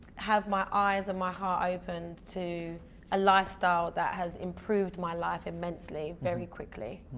have my eyes and my heart open to a lifestyle that has improved my life immensely very quickly.